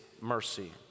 mercy